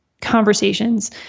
conversations